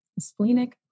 Spleenic